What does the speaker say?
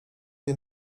nie